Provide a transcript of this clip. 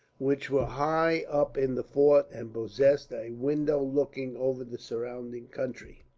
which were high up in the fort, and possessed a window looking over the surrounding country.